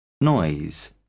Noise